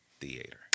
Theater